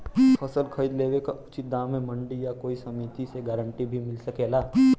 फसल खरीद लेवे क उचित दाम में मंडी या कोई समिति से गारंटी भी मिल सकेला?